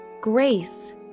Grace